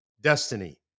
destiny